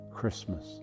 Christmas